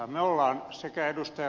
me olemme sekä ed